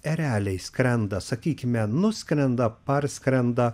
ereliai skrenda sakykime nuskrenda parskrenda